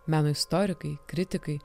meno istorikai kritikai